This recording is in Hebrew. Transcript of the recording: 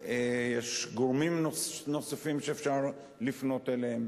יש גורמים נוספים שאפשר לפנות אליהם,